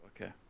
Okay